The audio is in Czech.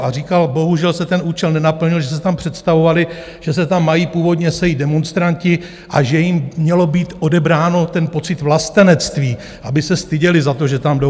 A říkal, bohužel se ten účel nenaplnil, že si představovali, že se tam mají původně sejít demonstranti a že jim měl být odebrán ten pocit vlastenectví, aby se styděli za to, že tam jdou.